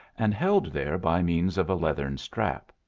and held there by means of a leathern strap.